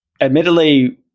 Admittedly